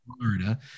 Florida